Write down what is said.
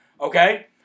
okay